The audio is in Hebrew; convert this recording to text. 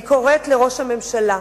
אני קוראת לראש הממשלה,